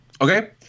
Okay